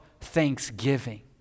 Thanksgiving